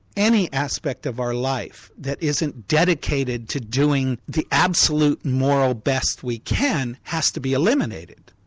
any aspect of our life that isn't dedicated to doing the absolute moral best we can, has to be eliminated.